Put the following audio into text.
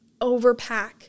overpack